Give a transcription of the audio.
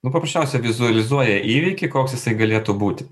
nu paprasčiausia vizualizuoja įvykį koks jisai galėtų būti